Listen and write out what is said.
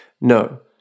No